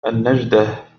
النجدة